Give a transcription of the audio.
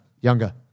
Younger